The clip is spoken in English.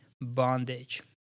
Bondage